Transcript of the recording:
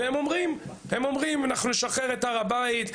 והם אומרים שהם ישחררו את הר הבית,